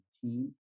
team